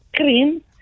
cream